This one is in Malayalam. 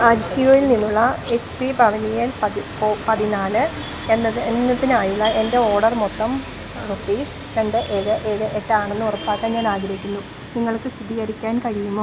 ആ ജിയോയിൽ നിന്നുള്ള എച്ച് പി പവലിയൻ പതി ഫോർ പതിനാല് എന്നത് എന്നതിനായുള്ള എൻ്റെ ഓഡർ മൊത്തം റുപ്പീസ് രണ്ട് ഏഴ് ഏഴ് എട്ട് ആണെന്ന് ഉറപ്പാക്കാൻ ഞാനാഗ്രഹിക്കുന്നു നിങ്ങൾക്ക് സ്ഥിതീകരിക്കാൻ കഴിയുമോ